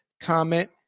comment